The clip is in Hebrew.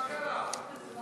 מה קרה?